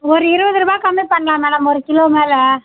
ஒரு இருபது ரூபா கம்மி பண்ணலாம் மேடம் ஒரு கிலோ மேலே